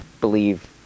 believe